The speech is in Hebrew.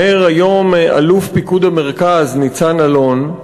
אומר היום אלוף פיקוד המרכז ניצן אלון,